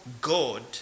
God